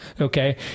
Okay